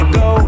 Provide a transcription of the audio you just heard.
go